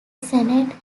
senate